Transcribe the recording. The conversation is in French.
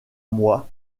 moi